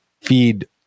feed